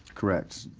correct.